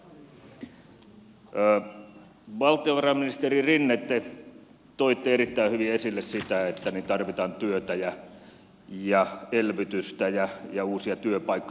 valtiovarainministeri rinne te toitte erittäin hyvin esille sitä että nyt tarvitaan työtä ja elvytystä ja uusia työpaikkoja